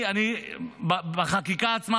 בחקיקה עצמה,